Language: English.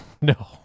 No